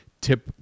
Tip